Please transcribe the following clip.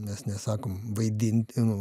mes nesakom vaidinti nu